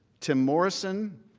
tim morrison,